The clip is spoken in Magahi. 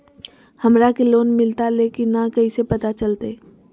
हमरा के लोन मिलता ले की न कैसे पता चलते?